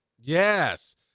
yes